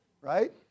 right